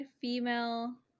female